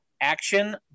action